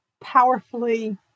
powerfully